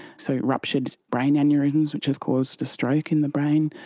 so ruptured brain aneurysms which have caused a stroke in the brain,